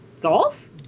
Golf